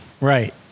Right